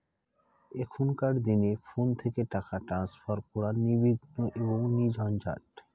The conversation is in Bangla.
এখনকার দিনে ফোন থেকে টাকা ট্রান্সফার করা নির্বিঘ্ন এবং নির্ঝঞ্ঝাট